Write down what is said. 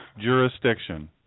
jurisdiction